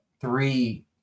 three